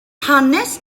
hanes